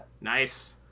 nice